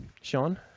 Sean